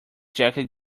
jacket